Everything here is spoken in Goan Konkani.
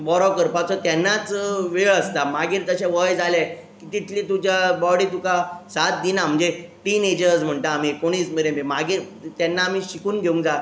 बरो करपाचो तेन्नाच वेळ आसता मागीर तशें वय जालें की तितली तुज्या बॉडी तुका सात दिना म्हणजे टिनेजर्स म्हणटा आमी एकोणीस मेरेन बी मागीर तेन्ना आमी शिकून घेवंक जाय